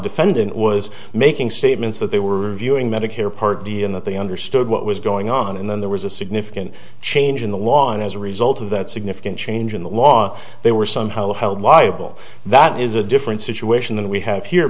defendant was making statements that they were reviewing medicare part d and that they understood what was going on and then there was a significant change in the law and as a result of that significant change in the law they were somehow held liable that is a different situation than we have here